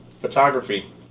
photography